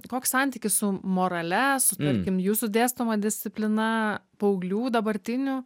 koks santykis su morale su tarkim jūsų dėstoma disciplina paauglių dabartinių